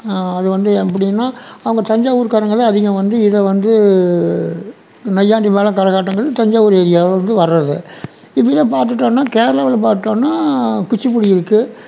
அது வந்து எப்படின்னா அவங்க தஞ்சாவூர்காரங்களே அதிகம் வந்து இதை வந்து நையாண்டி மேளம் கரகாட்டங்கிறது தஞ்சாவூர் ஏரியாவிலேருந்து வர்றது இதுவே பார்த்துட்டோன்னா கேரளாவில் பார்த்தோன்னா குச்சிப்புடி இருக்கு